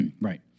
Right